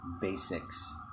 basics